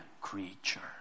creature